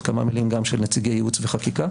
כמה מילים גם של נציגי ייעוץ וחקיקה,